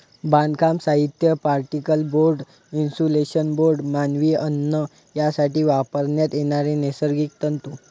बांधकाम साहित्य, particle board, insulation board, मानवी अन्न यासाठी वापरण्यात येणारे नैसर्गिक तंतू